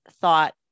thought